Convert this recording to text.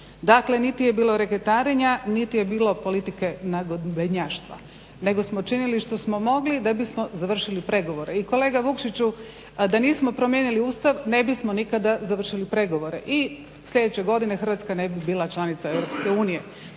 Dakle, niti je bilo reketarenja, niti je bilo politike nagodbenjaštva nego smo činili što smo mogli da bismo završili pregovore. I kolega Vukšiću da nismo promijenili Ustav ne bismo nikada završili pregovore. I sljedeće godine Hrvatska ne bi bila članica EU.